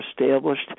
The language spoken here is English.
established